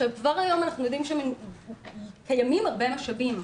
כבר היום אנחנו יודעים שקיימים הרבה משאבים,